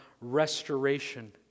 restoration